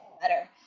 better